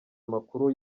amakuru